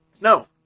No